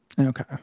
Okay